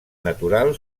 natural